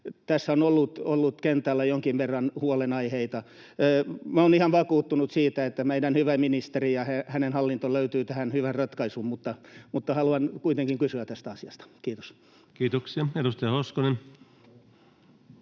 Tässä on ollut kentällä jonkin verran huolenaiheita. Olen ihan vakuuttunut siitä, että meidän hyvä ministeri ja hänen hallintonsa löytää tähän hyvän ratkaisun, mutta haluan kuitenkin kysyä tästä asiasta. — Kiitos. Kiitoksia. — Edustaja Hoskonen.